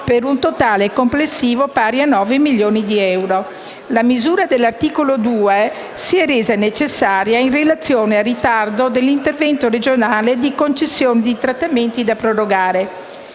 per un totale complessivo pari a 9 milioni di euro. La misura dell'articolo 2 si è resa necessaria in relazione al ritardo dell'intervento regionale di concessione dei trattamenti da prorogare.